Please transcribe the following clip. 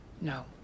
No